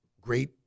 Great